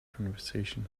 conversation